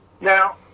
Now